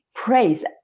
Praise